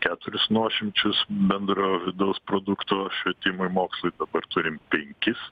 keturis nuošimčius bendrojo vidaus produkto švietimui ir mokslui dabar turim penkis